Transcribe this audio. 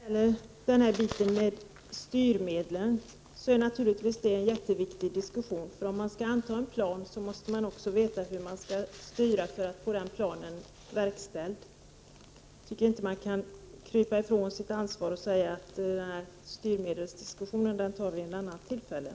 Fru talman! Diskussionen om styrmedel är naturligtvis mycket viktig. Om man skall anta en plan måste man också veta hur man skall styra för att få planen genomförd. Jag tycker inte att man kan krypa ifrån det ansvaret och säga att vi får diskutera styrmedlen vid något annat tillfälle.